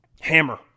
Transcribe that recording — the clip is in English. hammer